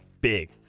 big